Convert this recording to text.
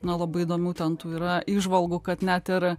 na labai įdomių ten tų yra įžvalgų kad net ir